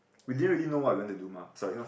we didn't really know what we want to do mah